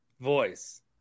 voice